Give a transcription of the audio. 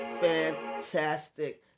fantastic